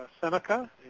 Seneca